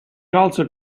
also